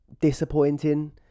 disappointing